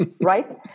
right